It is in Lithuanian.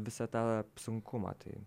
visą tą sunkumą tai